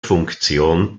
funktion